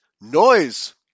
noise